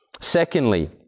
Secondly